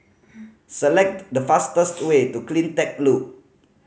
select the fastest way to Cleantech Loop